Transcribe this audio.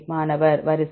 மாணவர் வரிசை